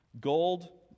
gold